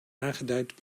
aangeduid